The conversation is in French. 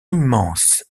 immense